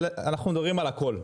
אנחנו מדברים על הכל.